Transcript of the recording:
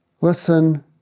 Listen